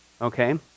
Okay